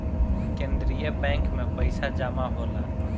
केंद्रीय बैंक में पइसा जमा होला